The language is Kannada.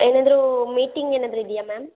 ಏನಾದರೂ ಮೀಟಿಂಗ್ ಏನಾದರೂ ಇದೆಯಾ ಮ್ಯಾಮ್